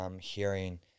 hearing